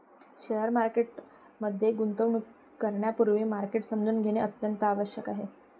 share market मध्ये गुंतवणूक करण्यापूर्वी मार्केट समजून घेणे अत्यंत आवश्यक आहे